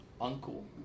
uncle